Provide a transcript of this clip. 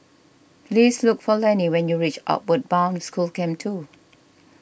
please look for Lennie when you reach Outward Bound School Camp two